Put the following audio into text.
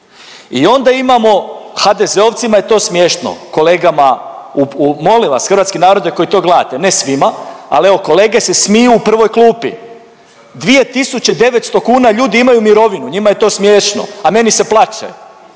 i onda imamo HDZ-ovcima je to smiješno, kolegama. Molim vas hrvatski narode koji to gledate, ne svima, ali evo kolege se smiju u prvoj klupi. 2900 kuna ljudi imaju mirovinu, njima je to smiješno, a meni se plače.